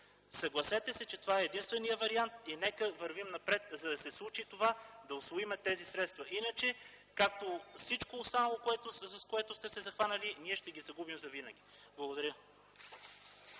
Съгласете се, че това е единственият вариант. Нека да вървим напред, за да се случи това – да усвоим тези средства, иначе е, както всичко останало, с което сте се захванали - ние ще ги загубим завинаги. Благодаря.